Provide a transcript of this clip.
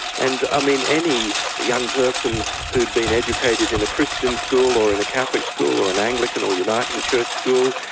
and i mean, any young person who'd been educated in a christian school or in a catholic school or an anglican or uniting church school.